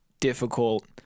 difficult